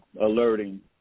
alerting